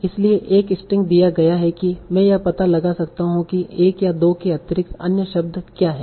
इसलिए एक स्ट्रिंग दिया गया है कि मैं यह पता लगा सकता हूं कि 1 या 2 के अतिरिक्त अन्य शब्द क्या हैं